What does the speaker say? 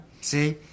See